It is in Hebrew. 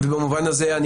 במובן הזה,